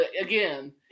again